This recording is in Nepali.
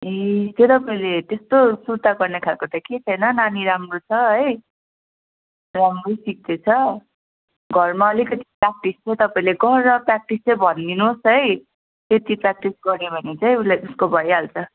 ए त्यो तपाईँले यस्तो सुर्ता गर्ने खालको त केही छैन नानी राम्रो छ है राम्रै सिक्दैछ घरमा अलिकति प्र्याक्टिस पो तपाईँले गर प्र्याक्टिस चाहिँ भनिदिनु होस् है त्यति प्र्याक्टिस गर्यो भने चाहिँ उसले उसको भइहाल्छ